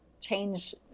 change